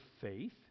faith